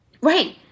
Right